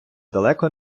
далеко